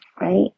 right